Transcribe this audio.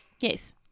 Yes